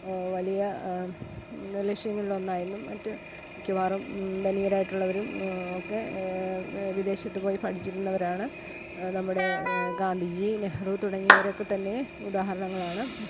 വലിയ ലക്ഷ്യങ്ങളിലൊന്നായിരുന്നു മറ്റ് മിക്കവാറും ധനികരായിട്ടുള്ളവരും ഒക്കെ വിദേശത്തുപോയി പഠിച്ചിരുന്നവരാണ് നമ്മുടെ ഗാന്ധിജി നെഹ്റു തുടങ്ങിയവരൊക്കെതന്നെ ഉദാഹരണങ്ങളാണ്